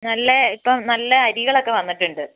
നല്ല ഇപ്പം നല്ല അരികളൊക്കെ വന്നിട്ടുണ്ട്